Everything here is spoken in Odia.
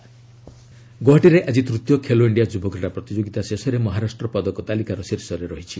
ଖେଲୋ ଇଣ୍ଡିଆ ଗୌହାଟୀରେ ଆଜି ତୃତୀୟ ଖେଲୋଇଣ୍ଡିଆ ଯୁବକ୍ରୀଡ଼ା ପ୍ରତିଯୋଗୀତା ଶେଷରେ ମହାରାଷ୍ଟ୍ର ପଦକ ତାଲିକାର ଶୀର୍ଷରେ ରହିଛି